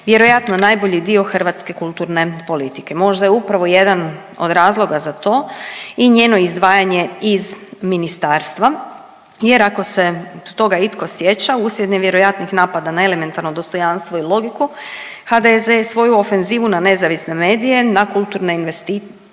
vjerojatno najbolji dio hrvatske kulturne politike. Možda je upravo jedan od razloga za to i njeno izdvajanje iz ministarstva jer ako se toga itko sjeća uslijed nevjerojatnih napada na elementarno dostojanstvo i logiku HDZ je svoju ofenzivu na nezavisne medije, na kulturne institucije